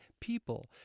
people